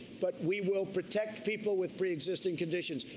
but we will protect people with preexisting conditions.